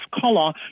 color